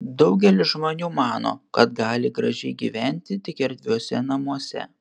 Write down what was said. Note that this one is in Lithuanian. daugelis žmonių mano kad gali gražiai gyventi tik erdviuose namuose